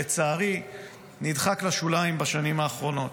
שלצערי נדחק לשוליים בשנים האחרונות.